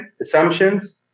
assumptions